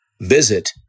Visit